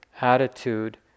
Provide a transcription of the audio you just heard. attitude